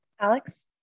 Alex